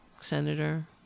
senator